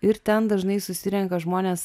ir ten dažnai susirenka žmonės